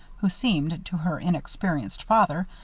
who seemed, to her inexperienced father,